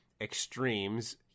Extremes